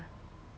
ya sia